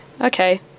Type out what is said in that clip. okay